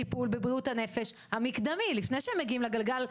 טיפול בבריאות הנפש." משהו מקדמי לפני שהם מגיעים לגלגל,